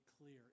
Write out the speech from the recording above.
clear